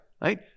right